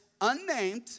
unnamed